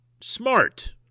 smart